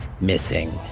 missing